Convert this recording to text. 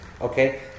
Okay